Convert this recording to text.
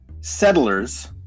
settlers